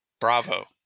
Bravo